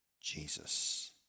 Jesus